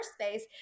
space